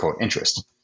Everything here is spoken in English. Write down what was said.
interest